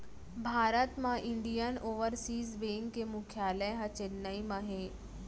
भारत म Indian overseas bank के मुख्यालय ह चेन्नई म हे